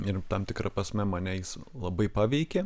ir tam tikra prasme mane jis labai paveikė